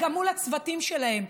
גם מול הצוותים שלהם.